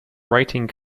writing